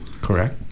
Correct